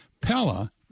Pella